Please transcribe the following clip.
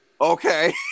Okay